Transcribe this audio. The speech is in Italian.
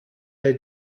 dai